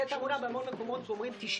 כנסת, לא מהליכוד ולא מכחול לבן, כן?